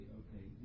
okay